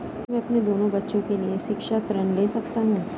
क्या मैं अपने दोनों बच्चों के लिए शिक्षा ऋण ले सकता हूँ?